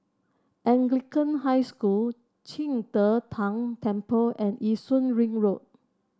Anglican High School Qing De Tang Temple and Yishun Ring Road